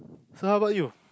so how about you